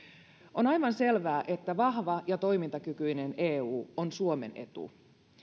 on aivan selvää että vahva ja toimintakykyinen eu on suomen etu